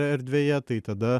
erdvėje tai tada